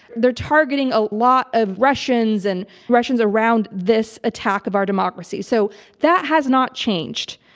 they're targeting a lot of russians and russians around this attack of our democracy, so that has not changed.